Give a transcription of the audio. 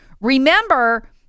Remember